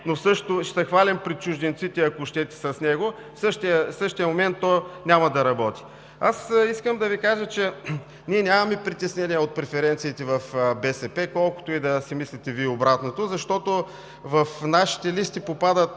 ще се хвалим пред чужденците, ако щете, с него, а в същия момент той няма да работи. Аз искам да Ви кажа, че ние нямаме притеснение от преференциите в БСП, колкото и да си мислите Вие обратното, защото в нашите листи попадат